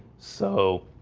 so